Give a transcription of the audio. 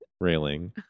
railing